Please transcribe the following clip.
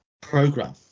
program